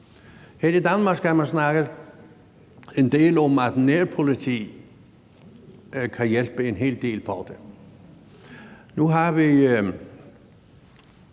Her i Danmark skal man snakke en del om, at nærpoliti kan hjælpe en hel del på det.